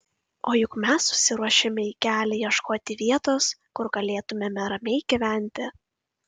o juk mes susiruošėme į kelią ieškoti vietos kur galėtumėme ramiai gyventi